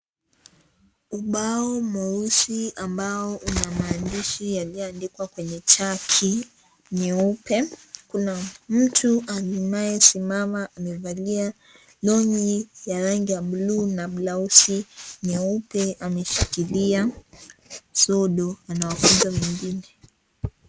Ubao mweusi ambao una maandishi yaliyoandikwa kwenye chaki nyeupe. Kuna mtu anayesimama amevalia longi ya rangi ya blue na blausi nyeupe ameshikilia sodo anawafunza wengine.